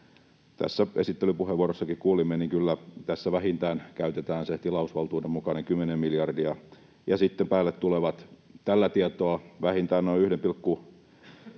tässä esittelypuheenvuorossakin kuulimme, kyllä tässä käytetään vähintään se tilausvaltuuden mukainen 10 miljardia. Sitten päälle tulevat tällä tietoa vähintään noin 1,37